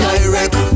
Direct